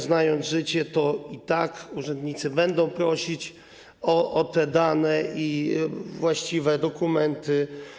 Znając życie, to i tak urzędnicy będą prosić o te dane i właściwe dokumenty.